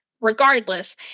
regardless